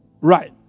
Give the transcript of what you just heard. Right